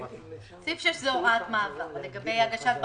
סעיף 6 זו הוראת מעבר לגבי הגשת בקשות,